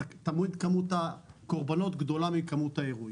תמיד כמות הקורבנות גדולה מכמות האירועים.